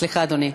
סליחה, אדוני.